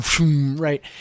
right